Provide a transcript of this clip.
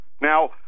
Now